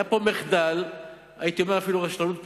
היה פה מחדל, הייתי אומר אפילו רשלנות פושעת,